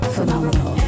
Phenomenal